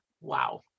Wow